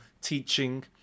teaching